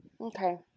Okay